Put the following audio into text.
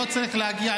זה לא נכון,